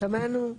אמרתי שמענו.